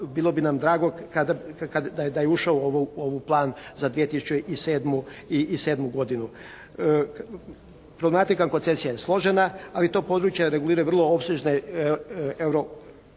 bilo bi nam drago da je ušao u ovaj plan za 2007. godinu. Problematika koncesija je složena ali to područje regulira vrlo opsežne